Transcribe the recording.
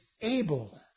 able